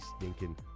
stinking